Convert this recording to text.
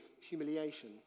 humiliation